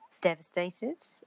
devastated